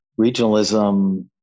regionalism